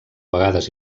vegades